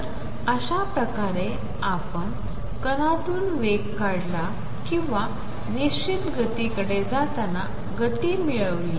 तर अशा प्रकारे आपण कणातून वेग काढला किंवा निश्चित गतीकडे जाताना गती मिळवली